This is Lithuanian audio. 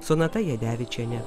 sonata jadevičienė